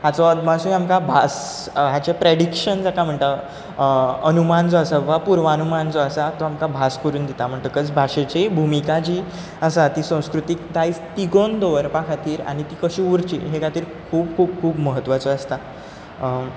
हाचो अदमासूय आमकां भास हाचें प्रॅडिक्शन जाका म्हणटा अनुमान जो आसा वा पुर्वानुमान जो आसा तो आमकां भास करून दिता म्हणटकच भाशेची भुमिका जी आसा ती संस्कृतीक दायज तिगोवन दवरपा खातीर आनी ती कशी उरची हे खातीर खूब खूब खूब म्हत्वाचो आसता